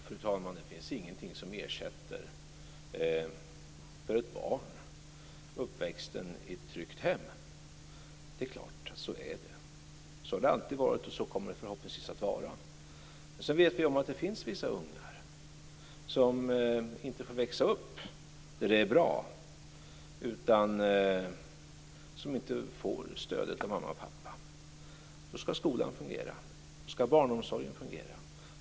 Fru talman! Det finns ingenting som för ett barn ersätter uppväxten i ett tryggt hem. Så är det. Så har det alltid varit, och så kommer det förhoppningsvis att vara. Men vi vet att det finns vissa ungar som inte får växa upp där det är bra, som inte får stödet av mamma och pappa. Då skall skolan fungera. Då skall barnomsorgen fungera.